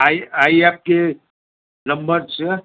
આઈ IFK number છે